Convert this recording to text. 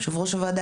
יושב-ראש הוועדה,